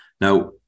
Now